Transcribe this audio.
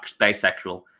bisexual